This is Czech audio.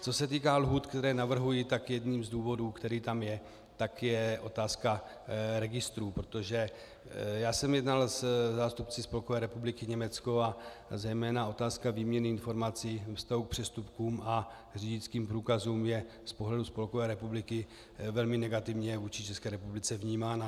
Co se týká lhůt, které navrhuji, tak jedním z důvodů, který tam je, je otázka registrů, protože já jsem jednal se zástupci Spolkové republiky Německo a zejména otázka výměny informací ve vztahu k přestupkům a řidičským průkazům je z pohledu spolkové republiky velmi negativně vůči České republice vnímána.